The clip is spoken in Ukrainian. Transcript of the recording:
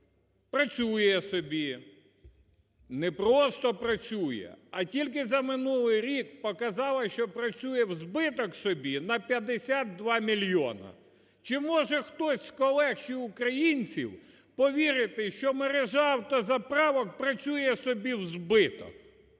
працює собі. Не просто працює, а тільки за минулий рік показав, що працює в збиток собі на 52 мільйони. Чи може хтось з колег чи українців повірити, що мережа автозаправок працює собі в збиток?